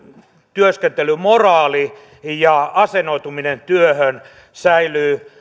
työskentelymoraali ja asennoituminen työhön säilyy